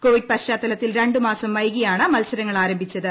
Covid പശ്ചാത്തലത്തിൽ രണ്ടു മാസം വൈകിയാണ് മത്സരങ്ങൾ ആരംഭിച്ചത്